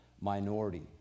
minority